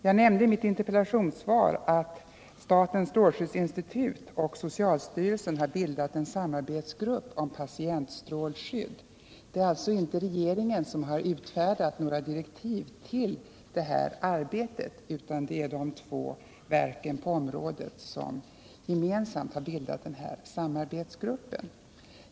Jag nämnde i mitt interpellationssvar att statens strålskyddsinstitut och socialstyrelsen har bildat en samarbetsgrupp för patientstrålskydd. Det är alltså inte regeringen som har utfärdat några direktiv för det här arbetet, utan det är de två verken på området som gemensamt har bildat samarbetsgruppen.